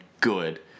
good